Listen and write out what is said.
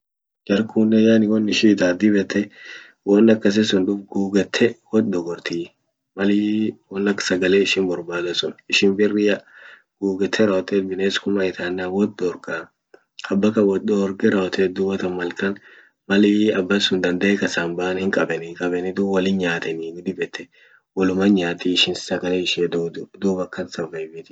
Jarkunen yani won ishin itaat dib yette won akasi sun it gugette wot dogortii malii won ak sagale ishin borbadet sun ishin birria gugette rawotte bines kun man ita yenan wot dorgaa. aba kan wot dorge rawo tet dubatan malkan malii aba sun dandee kasan baan hinqabanii qabani dum wolin nyatanii dib yette woluman nyati ishin sagale ishia tuutu dum akan survive tii.